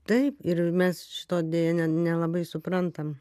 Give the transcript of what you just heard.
taip ir mes šito deja ne nelabai suprantam